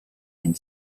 and